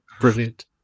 Brilliant